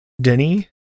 Denny